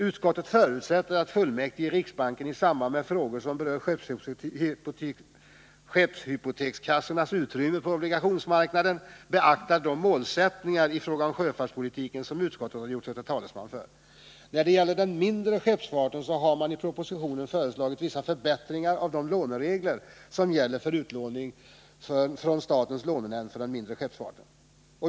Utskottet förutsätter att fullmäktige i riksbanken i samband med frågor som berör skeppshypotekskassornas utrymme på obligationsmarknaden beaktar de målsättningar i fråga om sjöfartspolitiken som utskottet har gjort sig till talesman för. När det gäller den mindre skeppsfarten har i propositionen föreslagits vissa förbättringar av de låneregler som gäller för utlåning från statens lånenämnd för den mindre skeppsfarten.